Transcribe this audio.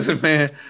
man